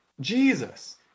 Jesus